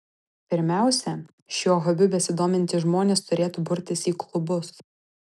pirmiausia šiuo hobiu besidomintys žmonės turėtų burtis į klubus